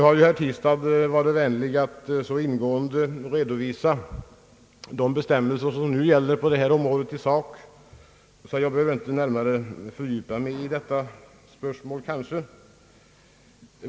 Herr Tistad har varit vänlig nog att så ingående redovisa de bestämmelser som nu gäller på detta område, att jag inte närmare behöver fördjupa mig i detta spörsmål.